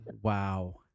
wow